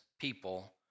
people